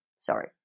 Sorry